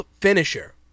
finisher